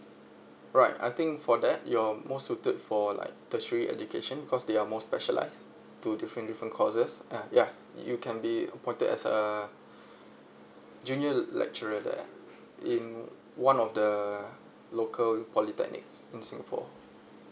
right I think for that you're more suited for like tertiary education cause they are more specialized to different different courses uh ya you can be appointed as uh junior lecturer there in one of the local polytechnics in singapore